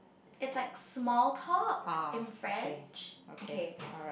it's like small talk in French okay